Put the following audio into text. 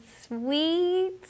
sweet